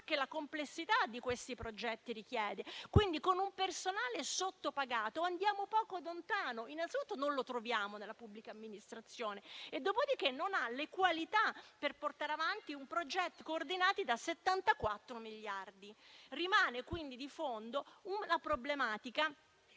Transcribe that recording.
che la complessità di questi stessi progetti richiede. Con un personale sottopagato andiamo poco lontano. Innanzitutto, non lo troviamo nella pubblica amministrazione, dopodiché non ha le qualità per portare avanti progetti coordinati da 74 miliardi. Rimane quindi una problematica